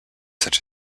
such